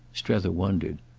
strether wondered.